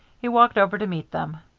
he walked over to meet them.